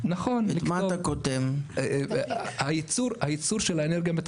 מבין; להימנע,